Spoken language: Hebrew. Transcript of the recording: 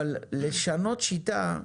אבל לשנות שיטה,